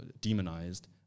demonized